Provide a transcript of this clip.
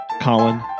Colin